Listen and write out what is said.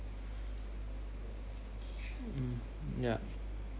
hmm ya